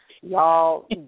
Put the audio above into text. y'all